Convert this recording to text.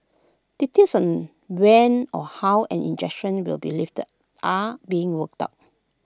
details on when or how an injunction will be lifted are being worked out